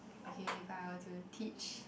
okay if I were to teach